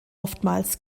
oftmals